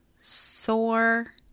sore